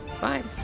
Fine